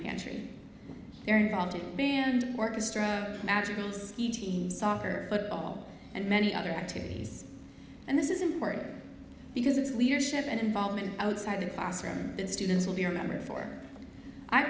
pantry they're involved in band orchestra magical ski team soccer football and many other activities and this is important because it's leadership and involvement outside the classroom that students will be remembered for i